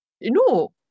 no